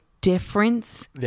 difference